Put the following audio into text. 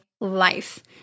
life